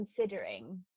considering